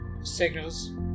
signals